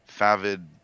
favid